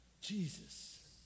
Jesus